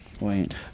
Wait